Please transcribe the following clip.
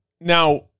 now